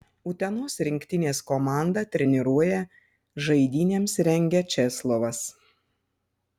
utenos rinktinės komandą treniruoja žaidynėms rengia česlovas